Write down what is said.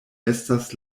estas